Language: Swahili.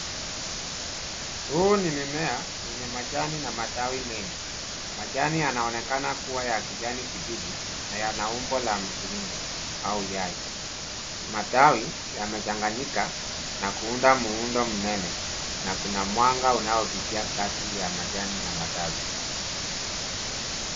Huu ni mimea wenye majani na matawi mengi, majani yanaonekana kuwa ya kijani kibichi na ya umbo la mviringo au yai. Matawi yamechanganyika na kuunda muundo mnene na kuna mwanga unaopitia kati ya majani na matawi.